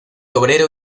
obrero